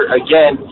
again